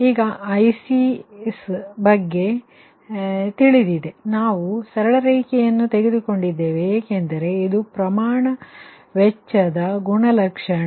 ಈಗ ICs ಬಗ್ಗೆ ತಿಳಿದಿದೆ ನಾವು ಸರಳ ರೇಖೆಯನ್ನು ತೆಗೆದುಕೊಂಡಿದ್ದೇವೆ ಏಕೆಂದರೆ ಇದು ಪ್ರಮಾಣ ವೆಚ್ಚದ ಗುಣಲಕ್ಷಣ